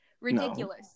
Ridiculous